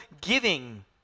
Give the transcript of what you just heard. giving